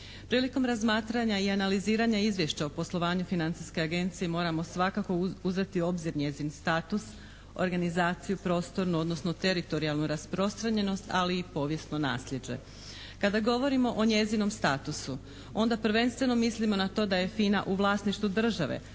Prilikom razmatranja i analiziranja Izvješća o poslovanju Financijske agencije moramo svakako uzeti u obzir njezin status, organizaciju, prostornu odnosno teritorijalnu rasprostranjenost, ali i povijesno nasljeđe. Kada govorimo o njezinom statusu, onda prvenstveno mislimo na to da je FINA u vlasništvu države,